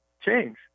change